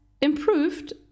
improved